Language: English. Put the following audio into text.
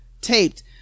taped